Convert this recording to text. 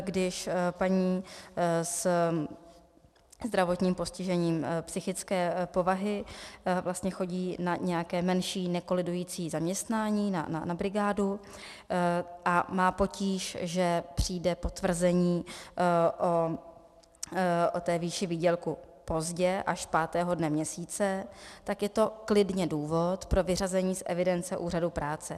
Když paní se zdravotním postižením psychické povahy chodí na nějaké menší nekolidující zaměstnání, na brigádu, a má potíž, že přijde potvrzení o výši výdělku pozdě, až 5. dne měsíce, tak je to klidně důvod pro vyřazení z evidence úřadu práce.